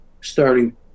starting